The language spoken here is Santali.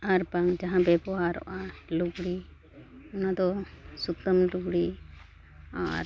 ᱟᱨ ᱵᱟᱝ ᱡᱟᱦᱟᱸ ᱵᱮᱵᱚᱦᱟᱨᱚᱜᱼᱟ ᱞᱩᱜᱽᱲᱤ ᱚᱱᱟᱫᱚ ᱥᱩᱛᱟᱹᱢ ᱞᱩᱜᱽᱲᱤ ᱟᱨ